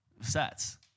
sets